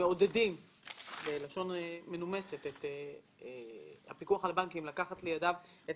מעודדים את הפיקוח על הבנקים לקחת לידיו את